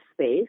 space